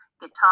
guitar